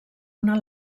una